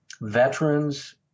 veterans